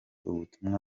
ubutumwa